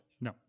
No